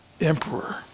emperor